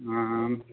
ஆ ஆ